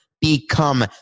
Become